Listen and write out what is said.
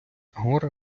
горе